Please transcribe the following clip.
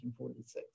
1946